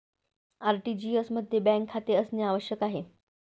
RTGS मध्ये bank खाते असणे आवश्यक आहे